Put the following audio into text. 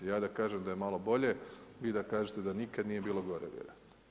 Ja da kažem da je malo bolje, vi da kažete da nikad nije bilo gore vjerojatno.